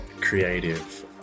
creative